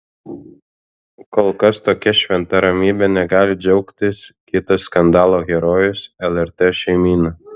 kol kas tokia šventa ramybe negali džiaugtis kitas skandalo herojus lrt šeimyna